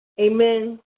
Amen